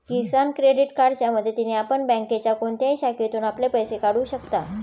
किसान credit कार्डच्या मदतीने आपण बँकेच्या कोणत्याही शाखेतून आपले पैसे काढू शकता